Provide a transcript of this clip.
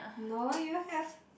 no you have